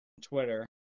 Twitter